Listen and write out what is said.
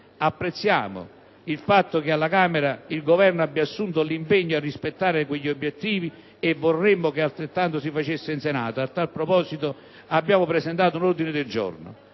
Apprezziamo il fatto che alla Camera il Governo abbia assunto l'impegno a rispettare quegli obiettivi e vorremmo che altrettanto si facesse in Senato. A tal proposito, abbiamo presentato un ordine del giorno.